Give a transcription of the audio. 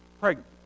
pregnant